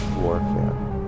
warfare